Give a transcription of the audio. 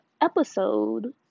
episode